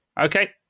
Okay